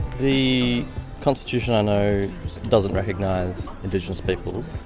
the constitution i know doesn't recognise indigenous peoples.